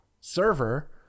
server